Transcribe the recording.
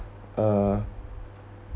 uh